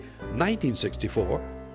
1964